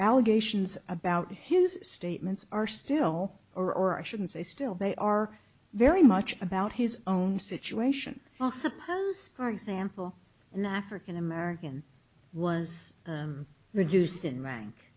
allegations about his statements are still or i shouldn't say still they are very much about his own situation well suppose for example an african american was reduced in rank